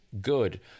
good